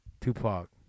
Tupac